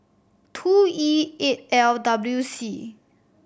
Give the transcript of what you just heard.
two E eight L W C